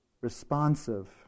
responsive